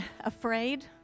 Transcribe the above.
afraid